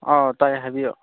ꯑꯧ ꯇꯥꯏ ꯍꯥꯏꯕꯤꯌꯣ